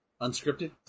unscripted